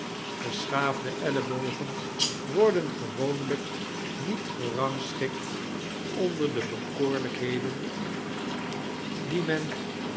geschaafde elleibogen worden gewoonlijk ndet gerangschikt onder de bekoorlijkheden die men